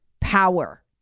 power